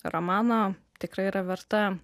romano tikrai yra verta